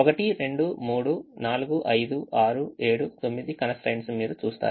1 2 3 4 5 6 7 9 constraints మీరు చూస్తారు